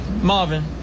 Marvin